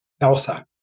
Elsa